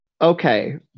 Okay